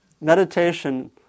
meditation